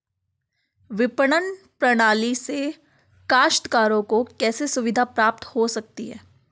विपणन प्रणाली से काश्तकारों को कैसे सुविधा प्राप्त हो सकती है?